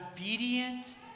obedient